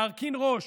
להרכין ראש,